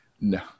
no